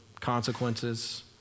consequences